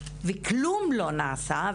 וכלום לא נעשה.